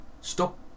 stop